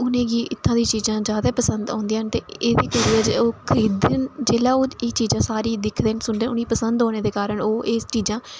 उनेंगी इत्थां दियां चीज़ां जादै पसंद औंदियां न ते एह्दी बजह् कन्नै ओह् खरीद दे न जेल्लै ओह् सारियां चीज़ा दिखदे सुनदे न ओह् उ'नेंगी पसंद औने दे कारण एह् चीज़ां